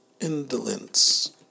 Indolence